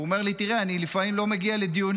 הוא אומר לי: תראה, אני לפעמים לא מגיע לדיונים